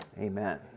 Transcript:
Amen